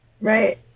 Right